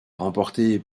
remportée